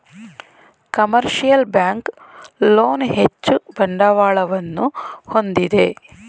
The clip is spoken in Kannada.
ಕಮರ್ಷಿಯಲ್ ಬ್ಯಾಂಕ್ ಲೋನ್ ಹೆಚ್ಚು ಬಂಡವಾಳವನ್ನು ಹೊಂದಿದೆ